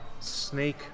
snake